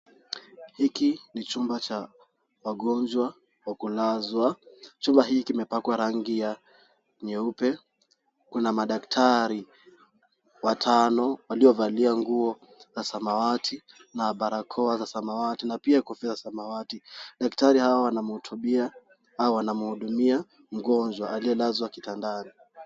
Hiki ni chumba cha wagonjwa wa kulazwa, chumba hiki kimepakwa rangi ya nyeupe. Kuna madaktari watano, waliovalia nguo za samawati na barakoa za samawati na pia kofia ya samawati. Daktari hao wanamhutubia au wanamhudumia mgonjwa aliyelazwa kitandani.